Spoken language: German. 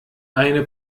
eine